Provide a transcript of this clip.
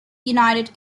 united